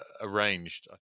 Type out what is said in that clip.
arranged